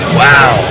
wow